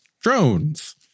Drones